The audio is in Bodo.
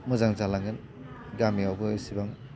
मोजां जालांगोन गामियावबो एसेबां